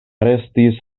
arestis